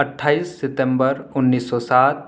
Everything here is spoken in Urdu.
اٹھائیس ستمبر انیس سو سات